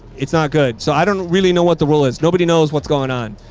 it's not good. so i don't really know what the rule is. nobody knows what's going on.